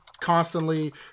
constantly